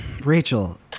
Rachel